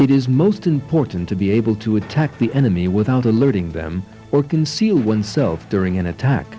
it is most important to be able to attack the enemy without alerting them or conceal oneself during an attack